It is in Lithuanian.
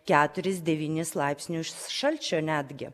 keturis devynis laipsnius šalčio netgi